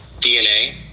DNA